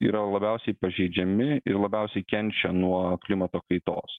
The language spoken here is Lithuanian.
yra labiausiai pažeidžiami ir labiausiai kenčia nuo klimato kaitos